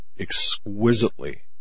exquisitely